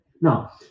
Now